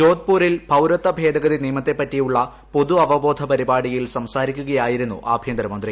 ജോധ്പൂരിൽ പൌരത്വ ഭേദഗതി നിയമത്തെപ്പറ്റിയുള്ള പൊതു അവബോധ പരിപാടിയിൽ സംസാരിക്കുകയായിരുന്നു ആഭ്യന്തരമന്ത്രി